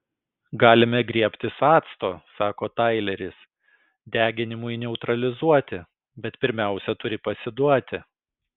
galime griebtis acto sako taileris deginimui neutralizuoti bet pirmiausia turi pasiduoti